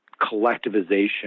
collectivization